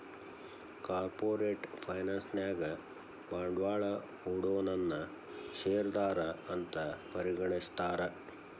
corporate finance ನ್ಯಾಗ ಬಂಡ್ವಾಳಾ ಹೂಡೊನನ್ನ ಶೇರ್ದಾರಾ ಅಂತ್ ಪರಿಗಣಿಸ್ತಾರ